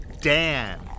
Dan